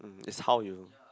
mm it's how you